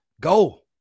go